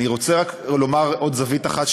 אני רוצה רק לומר עוד זווית אחת,